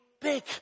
big